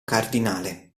cardinale